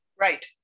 Right